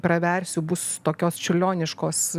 praversiu bus tokios čiurlioniškos